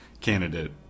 candidate